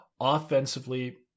Offensively